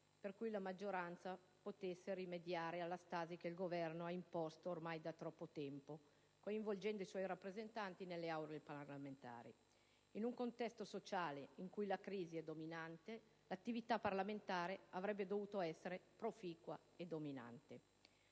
con cui la maggioranza poteva rimediare alla stasi che il Governo ha imposto ormai da troppo tempo, coinvolgendo i suoi rappresentanti nelle Aule parlamentari. In un contesto sociale in cui la crisi è dominante, l'attività parlamentare avrebbe dovuto essere proficua e dominante.